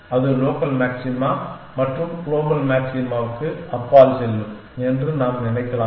அது local maxima மற்றும் global மாக்சிமாவுக்கு அப்பால் செல்லும் என்று நாம் நினைக்கலாமா